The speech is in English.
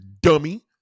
dummy